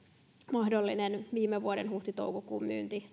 mahdollinen viime vuoden huhti toukokuun myynti